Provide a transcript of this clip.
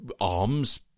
arms